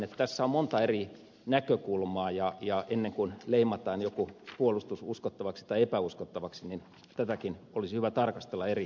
tässä on monta eri näkökulmaa ja ennen kuin leimataan joku puolustus uskottavaksi tai epäuskottavaksi niin tätäkin olisi hyvä tarkastella eri näkökulmista